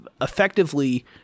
effectively